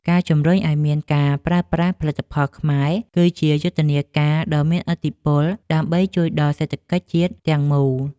ការជំរុញឱ្យមានការប្រើប្រាស់ផលិតផលខ្មែរ គឺជាយុទ្ធនាការដ៏មានឥទ្ធិពលដើម្បីជួយដល់សេដ្ឋកិច្ចជាតិទាំងមូល។